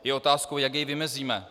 Je otázkou, jak jej vymezíme.